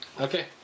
Okay